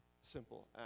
simple